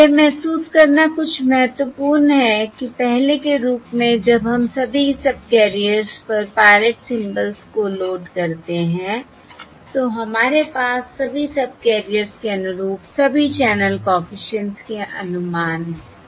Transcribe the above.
और यह महसूस करना कुछ महत्वपूर्ण है कि पहले के रूप में जब हम सभी सबकेरियर्स पर पायलट सिंबल्स को लोड करते हैं तो हमारे पास सभी सबकैरियर्स के अनुरूप सभी चैनल कॉफिशिएंट्स के अनुमान हैं